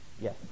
Yes